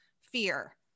fear